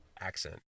accent